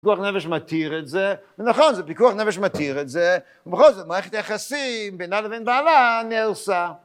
פיקוח נפש מתיר את זה, נכון זה פיקוח נפש מתיר את זה, ובכל זאת מערכת היחסים בינה לבין בעלה נהרסה.